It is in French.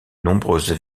nombreuses